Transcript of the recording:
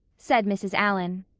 said mrs. allan.